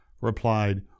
replied